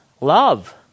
love